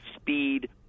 speed